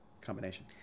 combination